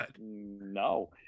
No